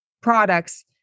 products